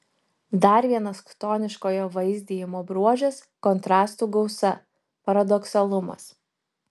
dar vienas chtoniškojo vaizdijimo bruožas kontrastų gausa paradoksalumas